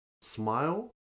Smile